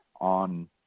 on